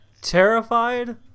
terrified